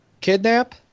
Kidnap